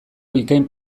bikain